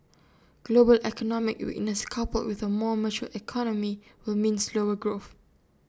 global economic weakness coupled with A more mature economy will mean slower growth